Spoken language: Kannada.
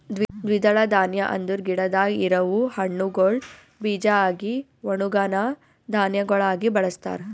ದ್ವಿದಳ ಧಾನ್ಯ ಅಂದುರ್ ಗಿಡದಾಗ್ ಇರವು ಹಣ್ಣುಗೊಳ್ ಬೀಜ ಆಗಿ ಒಣುಗನಾ ಧಾನ್ಯಗೊಳಾಗಿ ಬಳಸ್ತಾರ್